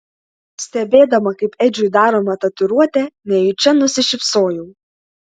stebėdama kaip edžiui daroma tatuiruotė nejučia nusišypsojau